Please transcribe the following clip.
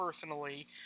personally